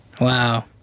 wow